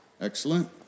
Excellent